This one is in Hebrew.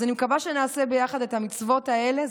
אז אני מקווה שנעשה את המצוות האלה ביחד.